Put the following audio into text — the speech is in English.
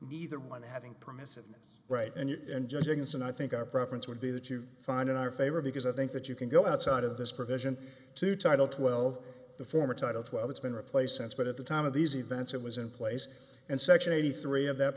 neither one having permissiveness right and you and judging us and i think our preference would be that you find in our favor because i think that you can go outside of this provision to title twelve the former title twelve it's been replaced sense but at the time of these events it was in place and section eighty three of that